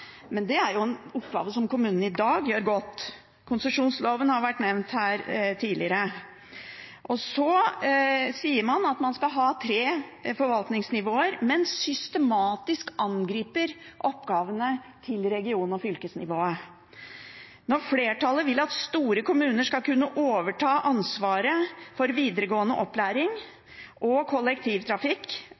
men man angriper systematisk oppgavene til region- og fylkesnivået. Når flertallet vil at store kommuner skal kunne overta ansvaret for videregående opplæring og kollektivtrafikk,